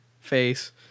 face